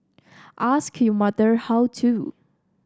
ask your mother how to